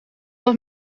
dat